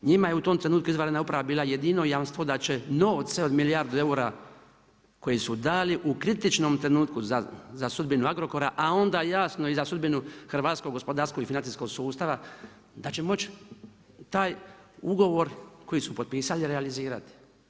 Njima je u tom trenutku izvanredna uprava bila jedino jamstvo da će novce od milijardu eura koji su dali u kritičnom trenutku za sudbinu Agrokora, a onda jasno i za sudbinu hrvatskog gospodarskog i financijskog sustava da će moći taj ugovor koji su potpisali realizirati.